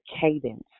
cadence